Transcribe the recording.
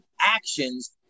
actions